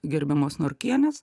gerbiamos norkienės